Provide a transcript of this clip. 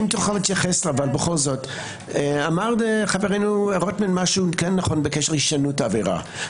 האם תוכל להתייחס אמר חברנו משהו כן נכון בקשר להישנות העבירה.